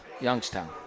youngstown